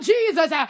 Jesus